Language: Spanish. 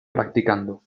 practicando